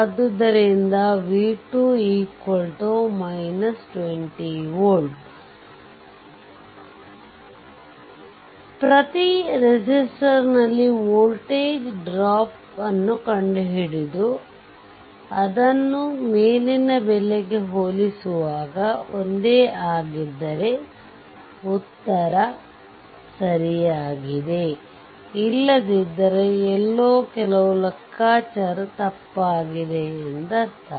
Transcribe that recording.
ಆದ್ದರಿಂದ v2 20 volt ಆದ್ದರಿಂದ ಪ್ರತಿ ರೆಸಿಸ್ಟರ್ನಲ್ಲಿ ವೋಲ್ಟೇಜ್ ಡ್ರಾಪ್ ನ್ನು ಕಂಡುಹಿಡಿದು ಅದನ್ನು ಮೇಲಿನ ಬೆಲೆಗೆ ಹೋಲಿಸುವಾಗ ಒಂದೇ ಆಗಿದ್ದರೆ ಉತ್ತರ ಸರಿಯಾಗಿದೆ ಇಲ್ಲದಿದ್ದರೆ ಎಲ್ಲೋ ಕೆಲವು ಲೆಕ್ಕಾಚಾರ ತಪ್ಪಾಗಿದೆ ಎಂದರ್ಥ